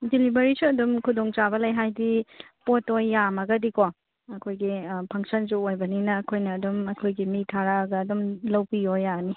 ꯗꯦꯂꯤꯚꯔꯤꯁꯨ ꯑꯗꯨꯝ ꯈꯨꯗꯣꯡ ꯆꯥꯕ ꯂꯩ ꯍꯥꯏꯗꯤ ꯄꯣꯠꯇꯣ ꯌꯥꯝꯃꯒꯗꯤꯀꯣ ꯑꯩꯈꯣꯏꯒꯤ ꯐꯪꯁꯟꯁꯨ ꯑꯣꯏꯕꯅꯤꯅ ꯑꯩꯈꯣꯏꯅ ꯑꯗꯨꯝ ꯑꯩꯈꯣꯏꯒꯤ ꯃꯤ ꯊꯥꯔꯛꯑꯒ ꯑꯗꯨꯝ ꯂꯧꯕꯤꯌꯣ ꯌꯥꯅꯤ